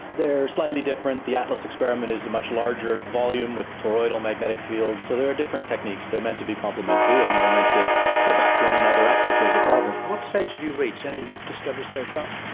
they're slightly different. the atlas experiment is a much larger volume with toroidal magnetic fields. so they're different techniques, they're meant to be complimentary and they're meant to back one another up if there's a problem. what stage have you reached? any discoveries so far?